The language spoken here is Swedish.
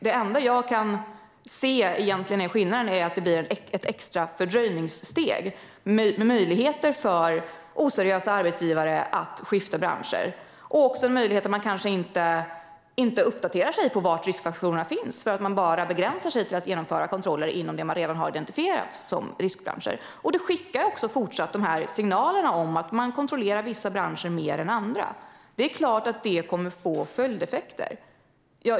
Den enda skillnad jag egentligen kan se är att det blir ett extra fördröjningssteg och möjligheter för oseriösa arbetsgivare att skifta branscher. Det finns också en möjlighet att man kanske inte uppdaterar sig om var riskfaktorerna finns för att man begränsar sig till att genomföra kontroller inom de branscher som man redan har identifierat som riskbranscher. Och det skickar fortsatt signaler om att man kontrollerar vissa branscher mer än andra. Det är klart att det kommer att få följdeffekter.